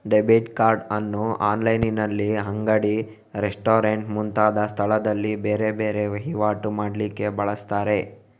debit card ಅನ್ನು ಆನ್ಲೈನಿನಲ್ಲಿ, ಅಂಗಡಿ, ರೆಸ್ಟೋರೆಂಟ್ ಮುಂತಾದ ಸ್ಥಳದಲ್ಲಿ ಬೇರೆ ಬೇರೆ ವೈವಾಟು ಮಾಡ್ಲಿಕ್ಕೆ ಬಳಸ್ತಾರೆ